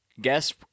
Guess